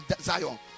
Zion